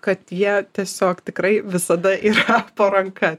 kad jie tiesiog tikrai visada yra po ranka